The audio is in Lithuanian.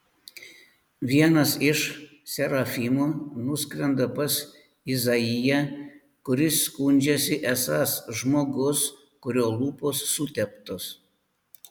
vienas iš serafimų nuskrenda pas izaiją kuris skundžiasi esąs žmogus kurio lūpos suteptos